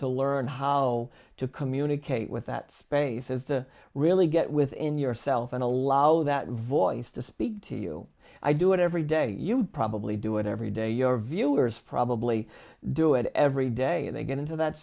to learn how to communicate with that space is to really get within yourself and allow that voice to speak to you i do it every day you probably do it every day your viewers probably do it every day they get into that